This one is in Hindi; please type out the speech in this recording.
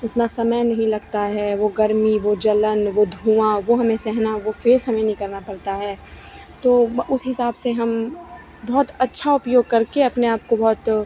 इतना समय नहीं लगता है वह गर्मी वह जलन वह धुआँ वह हमें सहना वह फे़स हमें नहीं करना पड़ता है तो उस हिसाब से हम बहुत अच्छा उपयोग करके अपने आपको बहुत